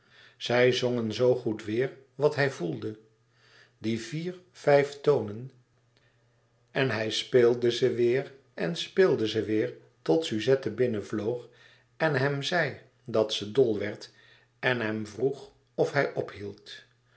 ze zongen zoo goed weêr wat hij voelde die vier vijf tonen en hij speelde ze weêr en speelde ze weêr tot suzette binnen vloog en hem zei dat ze dol werd en hem vroeg of hij ophield